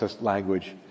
language